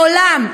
מעולם,